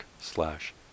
slash